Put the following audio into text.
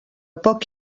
poc